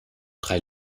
drei